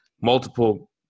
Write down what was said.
multiple